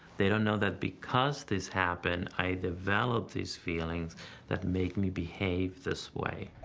they don't know that because this happened, i developed these feelings that make me behave this way.